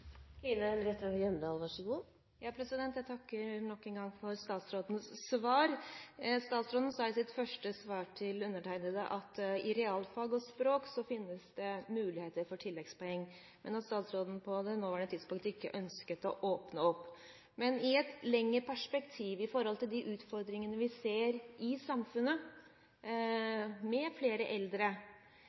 Jeg takker nok en gang for statsrådens svar. Statsråden sa i sitt første svar til undertegnede at det i realfag og språk finnes muligheter for tilleggspoeng, og at statsråden på det nåværende tidspunktet ikke ønsker å åpne opp. Men i et lengre perspektiv, med de utfordringene vi ser i samfunnet med flere eldre,